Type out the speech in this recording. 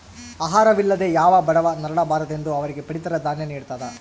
ಆಹಾರ ವಿಲ್ಲದೆ ಯಾವ ಬಡವ ನರಳ ಬಾರದೆಂದು ಅವರಿಗೆ ಪಡಿತರ ದಾನ್ಯ ನಿಡ್ತದ